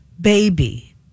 baby